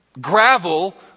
gravel